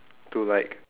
to like